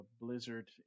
Blizzard